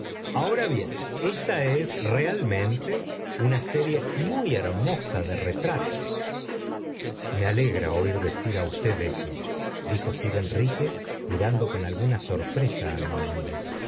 añora bien esta es realmente una serie muv hermosa de retratos j me alegra oir decir á usted eso dijo sir knnque mirando con alguna sorpresa á mi amigo